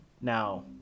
Now